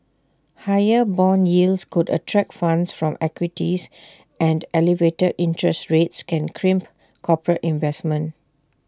higher Bond yields could attract funds from equities and elevated interest rates can crimp corporate investment